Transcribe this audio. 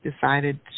decided